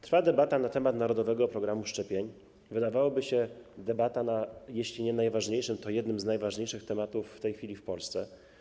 Trwa debata na temat narodowego programu szczepień, wydawałoby się, że debata jest na temat, jeśli nie najważniejszy, to na jeden z najważniejszych tematów w tej chwili w Polsce.